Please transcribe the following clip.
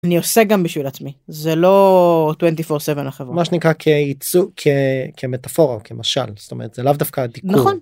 אני עושה גם בשביל עצמי זה לא 24-7 מה שנקרא כמטאפורה או כמשל זאת אומרת זה לאו דווקא...